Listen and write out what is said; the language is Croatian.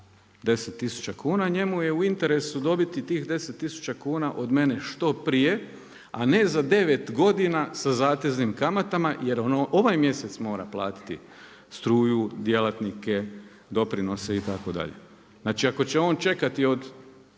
tisuća kuna, njemu je u interesu dobiti tih deset tisuća kuna što prije, a ne za devet godina sa zateznim kamatama jer on ovaj mjesec mora platiti struju, djelatnike, doprinose itd. Znači ako će on čekati od